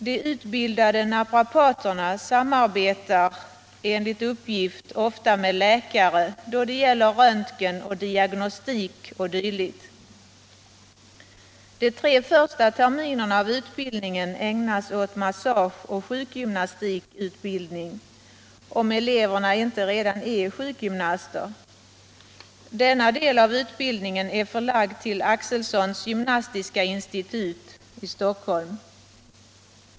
De utbildade naprapaterna = Vissa icke-konvensamarbetar enligt uppgift ofta med läkare då det gäller röntgen, diagnostik = tionella behando.d. lingsmetoder inom De första tre terminerna av utbildningen ägnas åt massageoch sjuk = sjukvården, m.m. gymnastikutbildning — om eleverna inte redan är sjukgymnaster. Denna del av utbildningen är förlagd till Axelsons Gymnastiska Institut i Stockholm.